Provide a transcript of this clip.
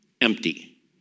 empty